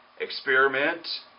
experiment